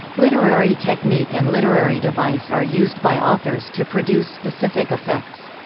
literary technique and literary device are used by authors to produce specific effects.